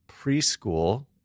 Preschool